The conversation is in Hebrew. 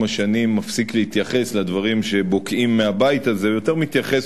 עם השנים מפסיק להתייחס לדברים שבוקעים מהבית הזה ויותר מתייחס,